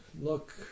Look